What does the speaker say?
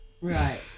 Right